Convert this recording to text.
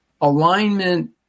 Alignment